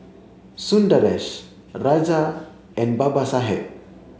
Sundaresh Raja and Babasaheb